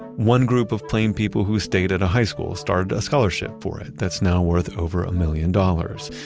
one group of plane people who stayed at a high school started a scholarship for it that's now worth over a million dollars.